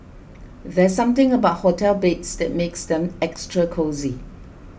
there's something about hotel beds that makes them extra cosy